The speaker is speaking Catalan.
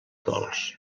gols